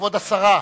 כבוד השרה.